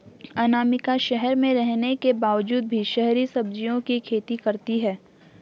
अनामिका शहर में रहने के बावजूद भी शहरी सब्जियों की खेती करती है